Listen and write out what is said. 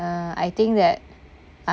uh I think that I